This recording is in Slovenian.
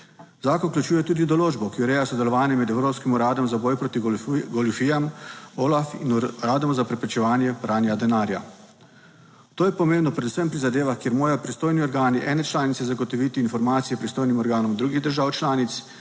Zakon vključuje tudi določbo, ki ureja sodelovanje med evropskim uradom za boj proti goljufijam OLAF in Uradom za preprečevanje pranja denarja. To je pomembno predvsem pri zadevah, kjer morajo pristojni organi ene članice zagotoviti informacije pristojnim organom drugih držav članic,